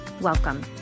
Welcome